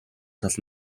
тал